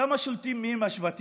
בכמה מהם שולטים השבטים?